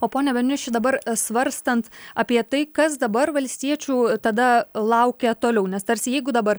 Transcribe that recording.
o pone beniuši dabar svarstant apie tai kas dabar valstiečių tada laukia toliau nes tarsi jeigu dabar